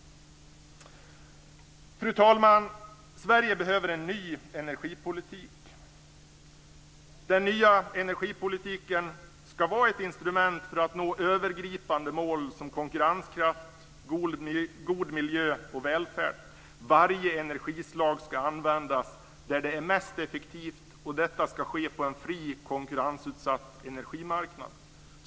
Fru talman! Sverige behöver en ny energipolitik. Den nya energipolitiken ska vara ett instrument för att nå övergripande mål, som konkurrenskraft, god miljö och välfärd. Varje energislag ska användas där det är mest effektivt, och detta ska ske på en fri konkurrensutsatt energimarknad.